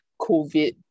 COVID